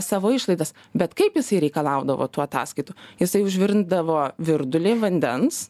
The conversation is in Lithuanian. savo išlaidas bet kaip jisai reikalaudavo tų ataskaitų jisai užvirindavo virdulį vandens